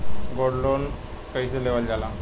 Gold loan कईसे लेवल जा ला?